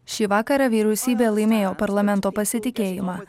šį vakarą vyriausybė laimėjo parlamento pasitikėjimą